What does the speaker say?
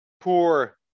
poor